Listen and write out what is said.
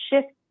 shift